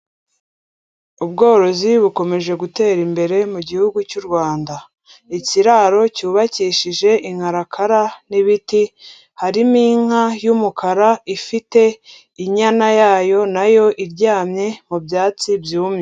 Ubworozi bukomeje gutera imbere mu gihugu cy'u Rwanda, ikiraro cyubakishije inkarakara n'ibiti, harimo inka y'umukara ifite inyana yayo nayo iryamye mu byatsi byumye.